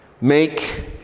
Make